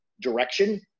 direction